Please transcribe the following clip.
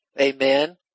amen